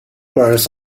burns